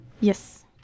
Yes